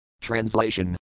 Translation